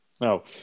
No